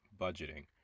budgeting